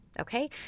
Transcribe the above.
okay